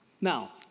Now